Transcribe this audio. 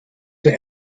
für